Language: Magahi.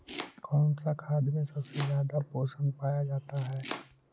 कौन सा खाद मे सबसे ज्यादा पोषण पाया जाता है?